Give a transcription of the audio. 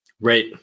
right